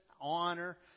honor